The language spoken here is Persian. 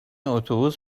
اتوبوس